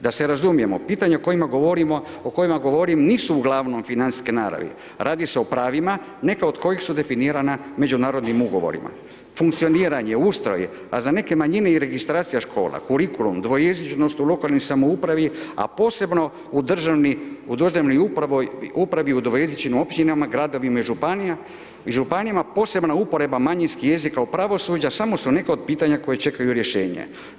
Da se razumijemo, pitanja o kojima govorimo, o kojima govorim nisu uglavnom financijske naravi, radi se o pravima neka od kojih su definirana međunarodnim ugovorima, funkcioniranje, ustroj, a za neke manjine i registracija škola, kurikulum, dvojezičnost u lokalnoj samoupravi, a posebno u državni, u državni upravi u dvojezničnim općinama, gradovima i županijama, posebna upreba manjinskih jezika u pravosuđa samo su neka od pitanja koja čekaju rješenje.